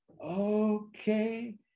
Okay